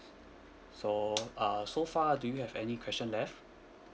so uh so far do you have any question left